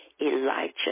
Elijah